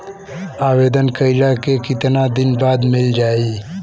आवेदन कइला के कितना दिन बाद मिल जाई?